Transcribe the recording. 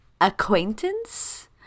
acquaintance